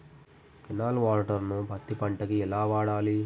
Canal water ను పత్తి పంట కి ఎలా వాడాలి?